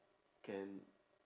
can